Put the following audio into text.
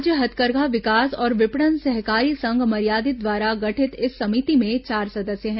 राज्य हथकरघा विकास और विपणन सहकारी संघ मार्यादित द्वारा गठित इस समिति में चार सदस्य हैं